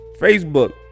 Facebook